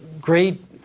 great